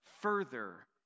further